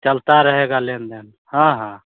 चलता रहेगा लेन देन हाँ हाँ